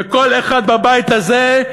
וכל אחד בבית הזה,